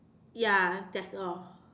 ya that's all